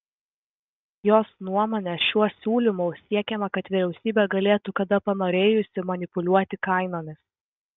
jos nuomone šiuo siūlymu siekiama kad vyriausybė galėtų kada panorėjusi manipuliuoti kainomis